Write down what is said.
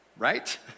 right